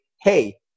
hey